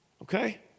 Okay